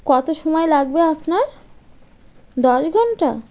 কতো সময় লাগবে আপনার দশ ঘন্টা